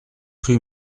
rue